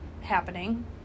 happening